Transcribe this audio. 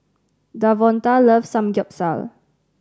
Davonta loves Samgyeopsal